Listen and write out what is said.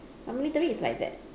but military is like that